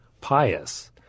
pious